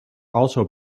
also